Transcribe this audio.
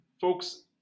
Folks